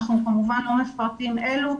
אנחנו כמובן לא מפרטים אלה,